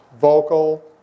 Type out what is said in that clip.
vocal